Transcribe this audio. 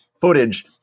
footage